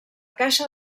caixa